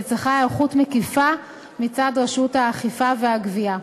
והיא מצריכה היערכות מקיפה מצד רשות האכיפה והגבייה.